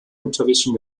lutherischen